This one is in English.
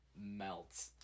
melt